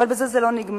אבל בזה זה לא נגמר.